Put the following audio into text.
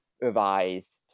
revised